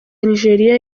nigeria